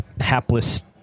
hapless